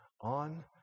on